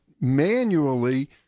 manually